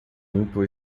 limpo